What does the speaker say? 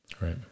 Right